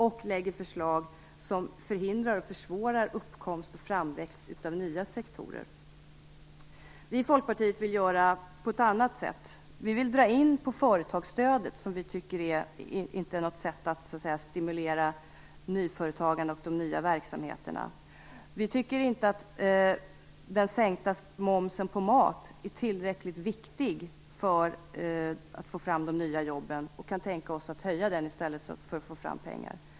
Man lägger förslag som förhindrar och försvårar uppkomst och framväxt av nya sektorer. Vi i Folkpartiet vill göra på ett annat sätt. Vi vill dra in på företagsstödet, som vi inte tycker är något sätt att stimulera nyföretagande och nya verksamheter. Vi tycker inte att den sänkta momsen på mat är tillräckligt viktig för att få fram de nya jobben. Vi kan tänka oss att i stället höja momsen för att få fram nya pengar.